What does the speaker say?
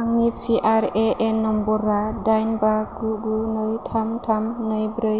आंनि पिआरएएन नम्बरआ दाइन बा गु गु नै थाम थाम नै ब्रै